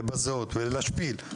לבזות ולהשפיל,